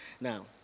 Now